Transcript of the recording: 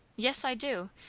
yes i do.